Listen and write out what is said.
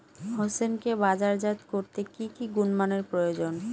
হোসেনকে বাজারজাত করতে কি কি গুণমানের প্রয়োজন?